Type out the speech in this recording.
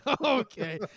Okay